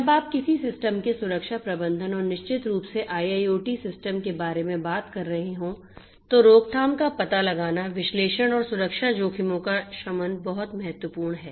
जब आप किसी सिस्टम के सुरक्षा प्रबंधन और निश्चित रूप से IIoT सिस्टम के बारे में बात कर रहे हों तो रोकथाम का पता लगाना विश्लेषण और सुरक्षा जोखिमों का शमन बहुत महत्वपूर्ण है